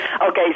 Okay